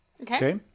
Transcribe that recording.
Okay